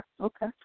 okay